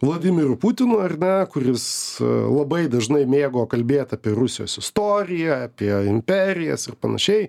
vladimiru putinu ar ne kuris labai dažnai mėgo kalbėt apie rusijos istoriją apie imperijas ir panašiai